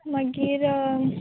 मागीर